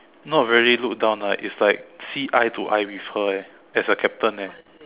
not really look down lah it's like see eye to eye with her eh as a captain eh